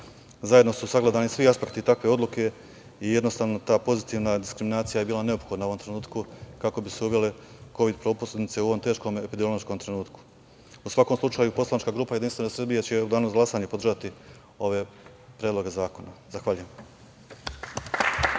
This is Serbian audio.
Zajedno su sagledani svi aspekti takve odluke i jednostavno, ta pozitivna diskriminacija je bila neophodna u ovom trenutku kako bi se uvele kovid propusnice u ovom teškom epidemiološkom trenutku.U svakom slučaju, poslanička grupa JS će u danu za glasanje podržati ove predloge zakona. Zahvaljujem.